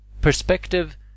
Perspective